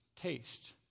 taste